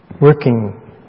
working